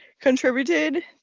contributed